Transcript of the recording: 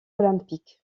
olympique